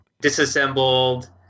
disassembled